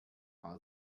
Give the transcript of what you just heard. very